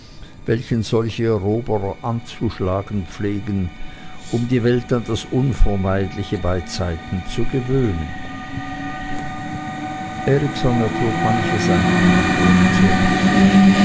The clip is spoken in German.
welchen solche eroberer anzuschlagen pflegen um die welt an das unvermeidliche beizeiten zu gewöhnen erikson ertrug manches an ihm ohne zu richten